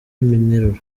nteruro